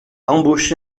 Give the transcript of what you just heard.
embauché